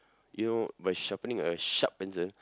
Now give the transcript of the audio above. you know by sharping a sharp pencil